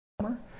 summer